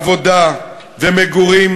עבודה ומגורים,